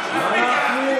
מי אתה בכלל,